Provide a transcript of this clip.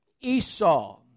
Esau